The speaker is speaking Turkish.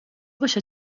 başa